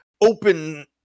open